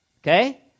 Okay